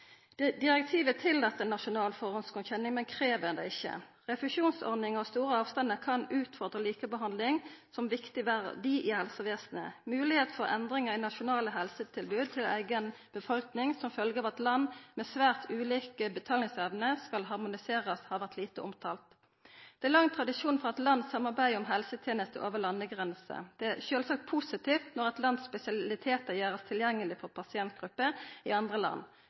EU-domstolen. Direktivet tillèt nasjonal førehandsgodkjenning, men krev det ikkje. Refusjonsordning og store avstandar kan utfordra likebehandling som viktig verdi i helsevesenet. Moglegheit for endringar i nasjonale helsetilbod til eiga befolkning som følgje av at land med svært ulik betalingsevne skal verta harmoniserte, har vore lite omtalt. Det er lang tradisjon for at land samarbeider om helsetenester over landegrenser. Det er sjølvsagt positivt når eit land sine spesialitetar vert gjorde tilgjengelege for pasientgrupper i andre land.